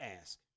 ask